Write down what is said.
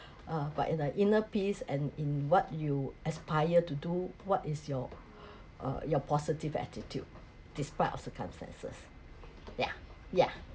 uh but in a inner peace and in what you aspire to do what is your uh your positive attitude despite of circumstances yeah yeah